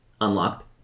unlocked